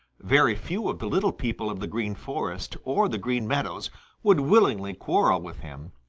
very few of the little people of the green forest or the green meadows would willingly quarrel with him,